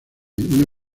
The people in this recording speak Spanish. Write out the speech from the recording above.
una